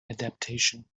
adaptation